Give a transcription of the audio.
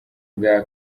bwa